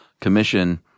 commission